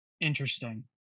Interesting